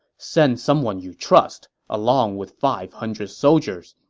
send someone you trust, along with five hundred soldiers,